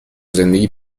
زندگی